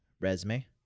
resume